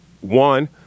one